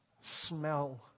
smell